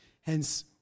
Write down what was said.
hence